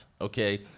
Okay